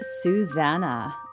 Susanna